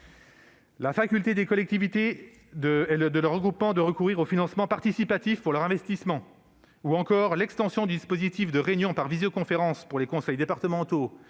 la faculté des collectivités et de leurs groupements de recourir au financement participatif pour leurs investissements ou encore l'extension du dispositif de réunion par visioconférence pour les conseils départementaux